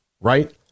right